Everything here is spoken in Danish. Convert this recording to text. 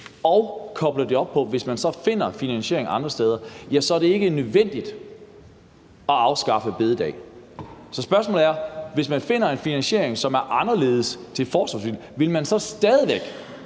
og kobler det op på, at hvis man så finder finansiering andre steder, er det ikke nødvendigt at afskaffe store bededag. Så spørgsmålet er: Hvis man finder en finansiering, som er anderledes, til et forsvarsforlig, vil regeringen så stadig væk